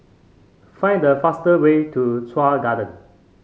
find the fastest way to Chuan Garden